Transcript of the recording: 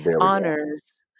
honors